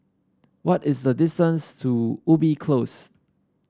what is the distance to Ubi Close